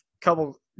couple